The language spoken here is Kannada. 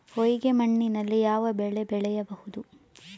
ಹೊಯ್ಗೆ ಮಣ್ಣಿನಲ್ಲಿ ಯಾವ ಬೆಳೆ ಬೆಳೆಯಬಹುದು?